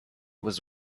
was